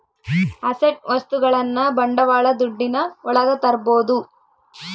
asset ವಸ್ತುಗಳನ್ನ ಬಂಡವಾಳ ದುಡ್ಡಿನ ಒಳಗ ತರ್ಬೋದು